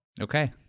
Okay